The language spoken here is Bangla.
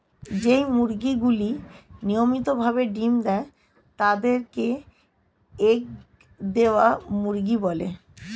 যেই মুরগিগুলি নিয়মিত ভাবে ডিম্ দেয় তাদের কে এগ দেওয়া মুরগি বলে